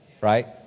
right